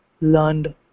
learned